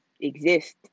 exist